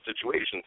situations